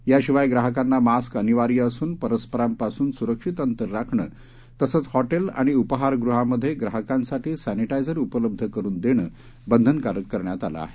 याशिवायग्राहकांनामास्कअनिवार्यअसून परस्परांपासूनसुरक्षितअंतरराखणंतसंचहॉटेलआणिउपहारग्नहामध्ये ग्राहकांसाठीसॅनीटायझरउपलब्धकरूनदेणंबंधनकारककरण्यातआलंआहे